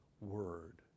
word